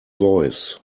voice